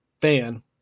fan